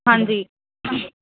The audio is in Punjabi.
ਹਾਂਜੀ